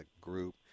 group